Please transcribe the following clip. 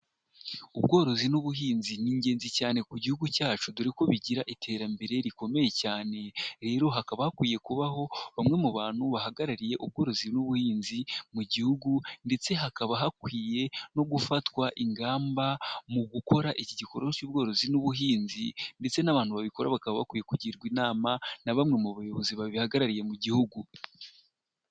Ubworozi n'ubuhinzi ni ingenzi cyane ku gihugu cyacu dore ko bigira iterambere rikomeye cyane, rero hakaba hakwiye kubaho bamwe mu bantu bahagarariye ubworozi n'ubuhinzi mu gihugu ,ndetse hakaba hakwiye no gufatwa ingamba mu gukora iki gikorwa, cy'ubworozi n'ubuhinzi ndetse n'abantu babikora bakaba bakwiye kugirwa inama na bamwe mu bayobozi babihagarariye mu gihugu.